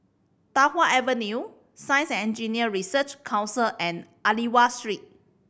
Tai Hwan Avenue Science and Engineering Research Council and Aliwal Street